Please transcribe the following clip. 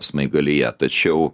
smaigalyje tačiau